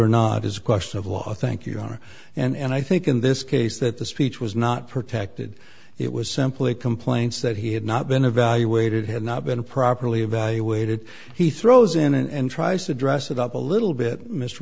or not is a question of law thank you john and i think in this case that the speech was not protected it was simply complaints that he had not been evaluated had not been properly evaluated he throws in and tries to dress it up a little bit m